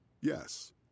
Yes